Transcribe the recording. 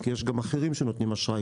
כי יש גם אחרים שנותנים אשראי,